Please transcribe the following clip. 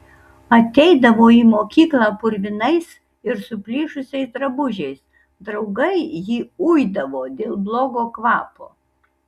ateidavo į mokyklą purvinais ir suplyšusiais drabužiais draugai jį uidavo dėl blogo kvapo